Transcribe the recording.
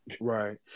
Right